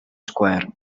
square